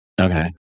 Okay